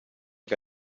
que